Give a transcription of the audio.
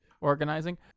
organizing